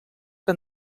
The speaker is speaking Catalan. que